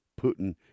Putin